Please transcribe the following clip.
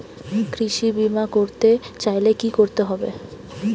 কৃষি বিমা করতে চাইলে কি করতে হবে?